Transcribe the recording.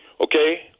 okay